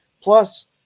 Plus